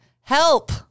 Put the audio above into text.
Help